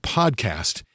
podcast